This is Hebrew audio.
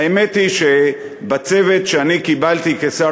האמת היא שהסתייעתי בצוות שאני קיבלתי כשר